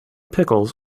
pickles